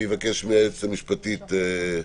אני אבקש מהיועצת המשפטית להסביר.